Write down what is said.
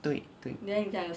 对对